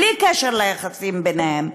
בלי קשר ליחסים ביניהם.